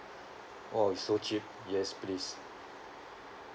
!wow! it's so cheap yes please